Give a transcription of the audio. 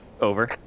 Over